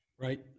Right